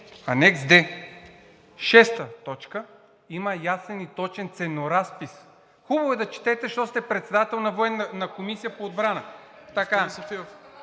Анекс „Д“, точка 6 има ясен и точен ценоразпис. Хубаво е да четете, защото сте председател на Комисията по отбраната.